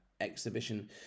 Exhibition